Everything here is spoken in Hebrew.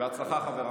בהצלחה, חברה.